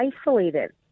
isolated